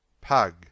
Pug